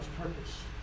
purpose